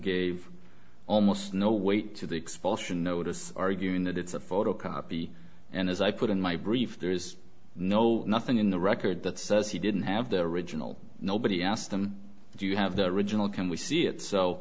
gave almost no weight to the expulsion notice arguing that it's a photocopy and as i put in my brief there is no nothing in the record that says he didn't have the original nobody asked him do you have the original can we see it so